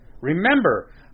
remember